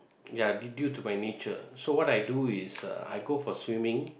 ya due due to my nature so what I do is uh I go for swimming